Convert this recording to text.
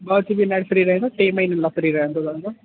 ॿ G B net free रहंदो टे महीने लाइ फ़्री रहंदो रहंदो